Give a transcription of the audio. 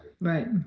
right